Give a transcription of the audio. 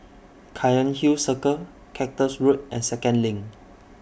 Cairnhill Circle Cactus Road and Second LINK